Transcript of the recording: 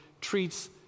treats